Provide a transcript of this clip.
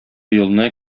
елны